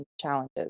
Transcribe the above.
challenges